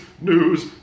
news